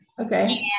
Okay